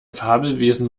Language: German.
fabelwesen